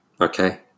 okay